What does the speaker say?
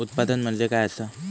उत्पादन म्हणजे काय असा?